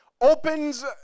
opens